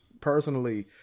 personally